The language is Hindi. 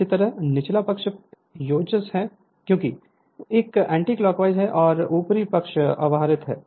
इसी तरह निचला पक्ष योज्य है क्योंकि यह एंटिक्लॉकवाइज है और ऊपरी पक्ष अव्यावहारिक है